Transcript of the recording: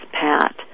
Pat